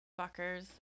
fuckers